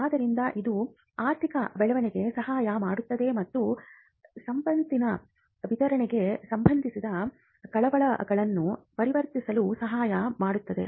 ಆದ್ದರಿಂದ ಇದು ಆರ್ಥಿಕ ಬೆಳವಣಿಗೆಗೆ ಸಹಾಯ ಮಾಡುತ್ತದೆ ಮತ್ತು ಸಂಪತ್ತಿನ ವಿತರಣೆಗೆ ಸಂಬಂಧಿಸಿದ ಕಳವಳಗಳನ್ನು ಪರಿಹರಿಸಲು ಸಹಾಯ ಮಾಡುತ್ತದೆ